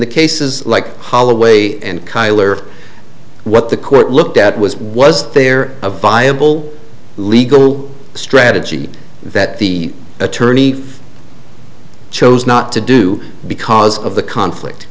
the cases like holloway and kyler what the court looked at was was there a viable legal strategy that the attorney chose not to do because of the conflict